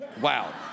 Wow